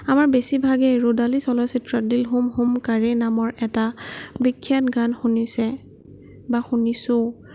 আমাৰ বেছিভাগেই ৰ'দালি চলচ্চিত্ৰত দিল হুম হুম কৰে নামৰ এটা বিখ্যাত গান শুনিছে বা শুনিছোঁ